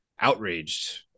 outraged